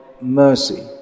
mercy